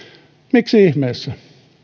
miksi ihmeessä